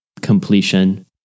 completion